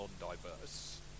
non-diverse